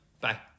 bye